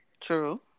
True